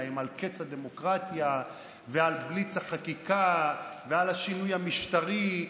על קץ הדמוקרטיה ועל בליץ החקיקה ועל השינוי המשטרי,